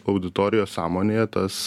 auditorijos sąmonėje tas